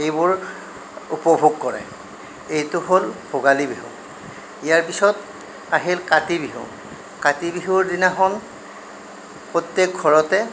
এইবোৰ উপভোগ কৰে এইটো হ'ল ভোগালী বিহু ইয়াৰ পিছত আহিল কাতি বিহু কাতি বিহুৰ দিনাখন প্ৰত্যেক ঘৰতে